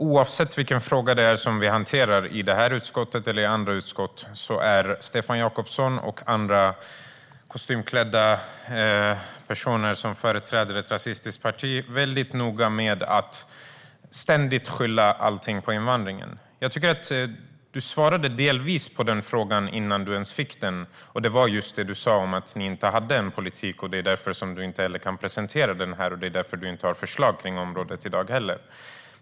Oavsett vilken fråga vi hanterar i det här utskottet eller andra utskott är Stefan Jakobsson och andra kostymklädda personer som företräder ett rasistiskt parti mycket noga med att ständigt skylla allting på invandringen. Du svarade delvis på frågan innan du ens fick den, Stefan Jakobsson, och det var när du sa att ni inte har en politik och att du därför inte kan presentera den här och inte har förslag på området i dag.